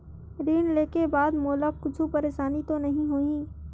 ऋण लेके बाद मोला कुछु परेशानी तो नहीं होही?